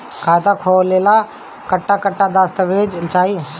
खाता खोले ला कट्ठा कट्ठा दस्तावेज चाहीं?